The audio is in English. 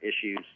issues